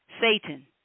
Satan